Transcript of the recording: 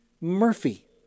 Murphy